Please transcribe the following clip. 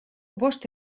bost